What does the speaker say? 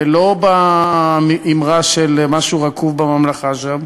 ולא באמרה של משהו רקוב בממלכה שם.